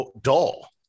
dull